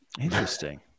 Interesting